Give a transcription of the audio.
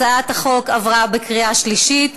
הצעת החוק עברה בקריאה שלישית,